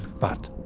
but,